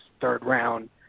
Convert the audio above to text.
third-round